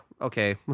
Okay